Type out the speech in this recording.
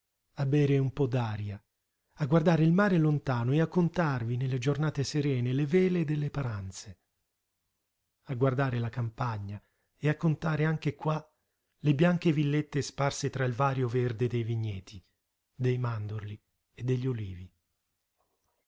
a bere un po d'aria a guardare il mare lontano e a contarvi nelle giornate serene le vele delle paranze a guardare la campagna e a contare anche qua le bianche villette sparse tra il vario verde dei vigneti dei mandorli e degli olivi